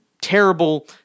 terrible